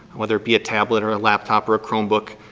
whether it be a tablet or a laptop or a chromebook,